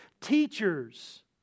teachers